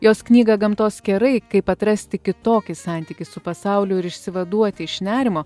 jos knygą gamtos kerai kaip atrasti kitokį santykį su pasauliu ir išsivaduoti iš nerimo